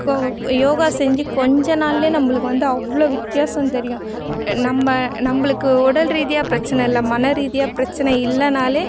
கோ யோகா செஞ்சு கொஞ்ச நாள்லேயே நம்மளுக்கு வந்து அவ்வளோ வித்தியாசம் தெரியும் நம்ம நம்மளுக்கு உடல் ரீதியாக பிரச்சினை இல்லை மனரீதியாக பிரச்சினை இல்லைனாலே